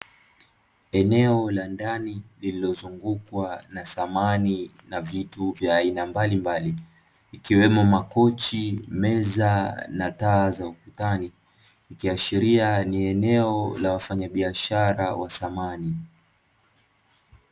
Eneo la ndani lililozungukwa na samani na vitu vya aina mbalimbali, ikiwemo: makochi, meza na taa za ukutani, ikiashiria ni eneo la wafanyabiashara wa samani.